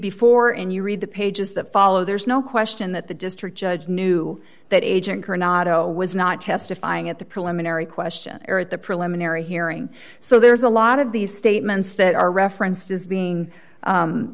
before and you read the pages that follow there's no question that the district judge knew that agent coronado was not testifying at the preliminary question or at the preliminary hearing so there's a lot of these statements that are referenced as being